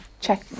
Check